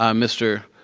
um mr.